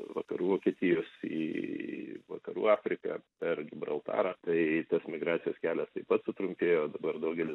vakarų vokietijos į vakarų afriką per gibraltarą tai tas migracijos kelias taip pat sutrumpėjo dabar daugelis